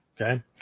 Okay